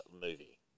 movie